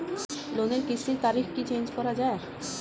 লোনের কিস্তির তারিখ কি চেঞ্জ করা যায়?